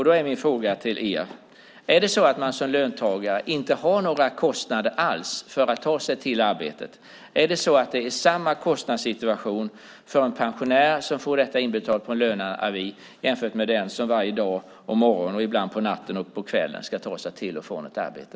Då är min fråga till er: Är det så att man som löntagare inte har några kostnader alls för att ta sig till arbetet? Är det samma kostnadssituation för en pensionär som får pensionen utbetald med en löneavi som för den som varje dag och morgon och ibland på natten och kvällen ska ta sig till och från ett arbete?